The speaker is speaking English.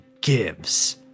gives